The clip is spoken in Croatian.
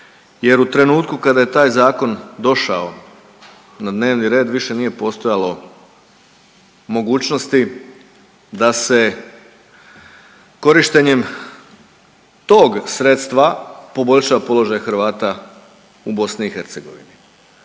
jer u trenutku kada je taj zakon došao na dnevni red više nije postojalo mogućnosti da se korištenjem tog sredstva poboljša položaj Hrvata u BiH,